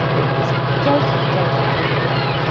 it's totally totally underplayed.